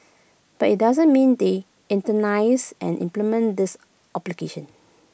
but IT doesn't mean they internalise and implement these obligation